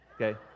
Okay